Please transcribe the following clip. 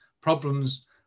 problems